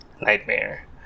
nightmare